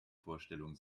vorstellung